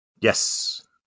Yes